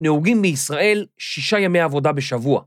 נהוגים בישראל שישה ימי עבודה בשבוע.